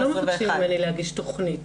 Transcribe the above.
לא מבקשים ממני להגיש תכנית.